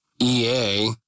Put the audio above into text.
EA